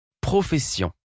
Profession